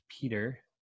Peter